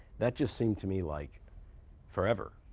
that just seemed to me like forever.